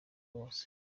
bose